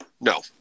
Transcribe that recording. No